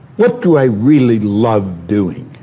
what do i really love doing?